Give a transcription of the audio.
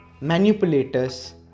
manipulators